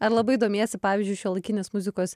ar labai domiesi pavyzdžiui šiuolaikinės muzikos